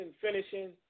finishing